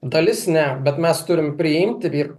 dalis ne bet mes turim priimti ir